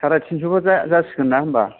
साराय थिनस'बा जासिगोन ना होनबा